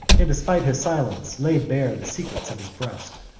and, despite his silence, laid bare the secrets of his breast.